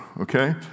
Okay